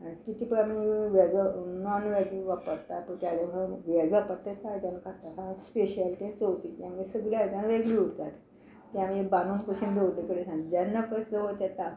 कितें पय आमी वेज नॉन वॅज वापरता पय त्या वेज वापरता तीच आयदनां काडटा स्पेशल ती चवथिचीं सगलीं आयदनां आमगेली वेगळी उरतात तीं आमी बांदून कुशीक दवरलेली आसा जेन्ना पय चवथ येता